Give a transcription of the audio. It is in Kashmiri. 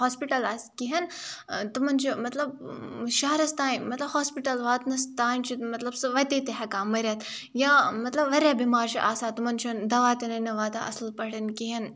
ہاسپِٹَل آسہِ کِہیٖنۍ تِمَن چھُ مطلب شہرَس تانۍ مطلب ہاسپِٹَل واتنَس تانۍ چھِ مطلب سُہ وَتے تہِ ہیٚکان مٔرِتھ یا مطلب واریاہ بیمار چھُ آسان تِمَن چھُنہٕ دَوا تہِ نَے نہٕ واتان اَصٕل پٲٹھۍ کِہیٖنۍ